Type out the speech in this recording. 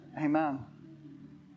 Amen